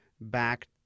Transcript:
back